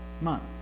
month